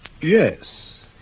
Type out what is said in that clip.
Yes